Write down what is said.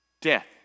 death